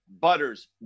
butters